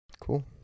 Cool